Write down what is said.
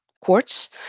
quartz